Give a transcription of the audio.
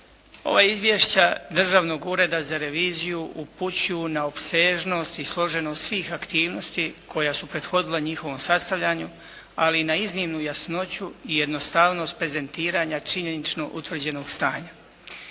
Ova izvješća Državnog ureda za reviziju upućuju na opsežnost i složenost svih aktivnosti koja su prethodila njihovom sastavljanju ali i na iznimno jasnoću i jednostavnost prezentiranja činjenično utvrđenog stanja.